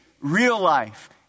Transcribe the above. real-life